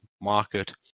market